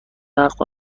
نقد